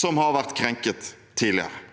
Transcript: som har vært krenket tidligere.